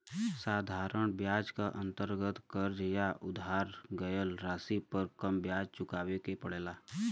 साधारण ब्याज क अंतर्गत कर्ज या उधार गयल राशि पर कम ब्याज चुकावे के पड़ेला